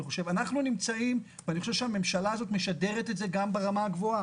אני חושב שהממשלה הזאת משדרת את זה גם ברמה הגבוהה,